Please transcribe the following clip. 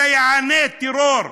סייעני טרור,